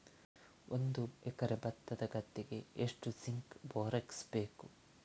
ಒಂದು ಎಕರೆ ಭತ್ತದ ಗದ್ದೆಗೆ ಎಷ್ಟು ಜಿಂಕ್ ಬೋರೆಕ್ಸ್ ಬೇಕು?